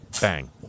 Bang